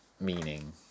meaning